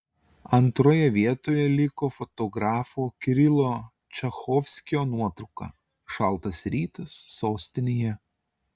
antroje vietoje liko fotografo kirilo čachovskio nuotrauka šaltas rytas sostinėje